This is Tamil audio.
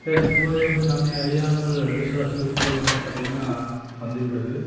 பேசும்போதே வந்து நம்மை அறியாமல் சில சொற்கள் வந்து பார்த்திங்கனா வந்துவிடுது